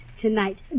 tonight